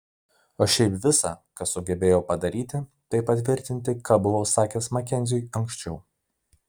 o šiaip visa ką sugebėjau padaryti tai patvirtinti ką buvau sakęs makenziui anksčiau